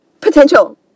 potential